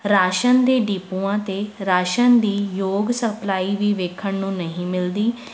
ration ਦੇ ਡਿੱਪੂਆਂ 'ਤੇ ਰਾਸ਼ਨ ਦੀ ਯੋਗ ਸਪਲਾਈ ਵੀ ਵੇਖਣ ਨੂੰ ਨਹੀਂ ਮਿਲਦੀ